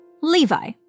Levi